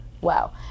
Wow